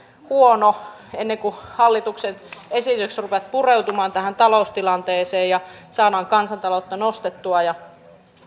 huono ennen kuin hallituksen esitykset rupeavat pureutumaan tähän taloustilanteeseen ja saamaan kansantaloutta nousuun ja